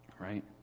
Right